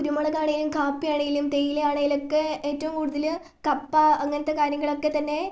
കുരുമുളകാണേലും കാപ്പിയാണേലും തേയിലയാണേലും ഒക്കെ ഏറ്റവും കൂടുതല് കപ്പ അങ്ങനത്തെ കാര്യങ്ങളൊക്കെ തന്നെ